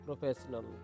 professional